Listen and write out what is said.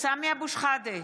סמי אבו שחאדה,